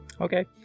Okay